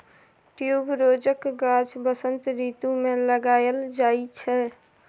ट्युबरोजक गाछ बसंत रितु मे लगाएल जाइ छै